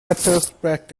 retrospect